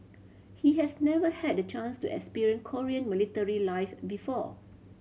he has never had the chance to experience Korean military life before